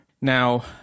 Now